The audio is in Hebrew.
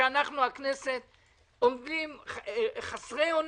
אנחנו הכנסת חסרי אונים,